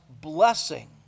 blessing